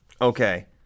okay